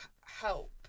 help